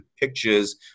pictures